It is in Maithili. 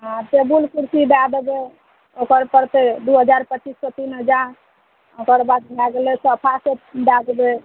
हँ टेबुल कुरसी दै देबै ओकर पड़तै दुइ हजार पचीससे तीन हजार ओकर बाद भए गेलै सोफा सेट दै देबै